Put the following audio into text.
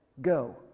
Go